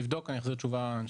נבדוק, אני אחזיר תשובה.